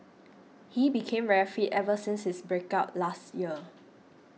he became very fit ever since his break up last year